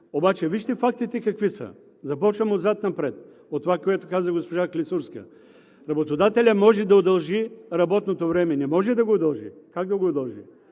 обаче вижте фактите какви са. Започвам отзад напред, от това, което каза госпожа Клисурска, че работодателят може да удължи работното време. Не може да го удължи, как да го удължи?